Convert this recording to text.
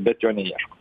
bet jo neieško